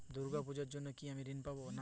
দুর্গা পুজোর জন্য কি আমি ঋণ পাবো?